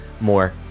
more